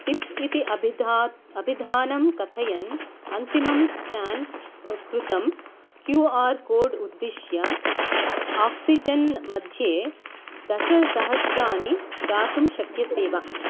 tip इति अभिधानं कथयन् अन्तिमं स्केन् कृतं क्यू आर् कोड् उद्दिश्य आक्सिजेन् मध्ये दशसहस्राणि दातुं शक्यसे वा